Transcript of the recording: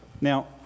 Now